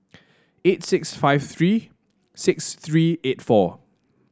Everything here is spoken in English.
eight six five three six three eight four